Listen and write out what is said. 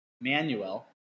Manuel